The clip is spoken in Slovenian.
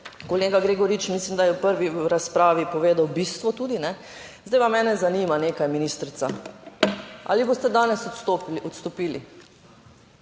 Kolega Gregorič mislim, da je v prvi razpravi povedal bistvo tudi, ne. Zdaj pa mene zanima nekaj, ministrica. Ali boste danes odstopili,